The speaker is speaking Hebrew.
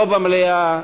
לא במליאה,